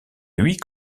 huit